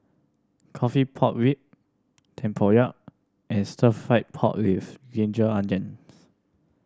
coffee pork rib tempoyak and stir fried pork with ginger onion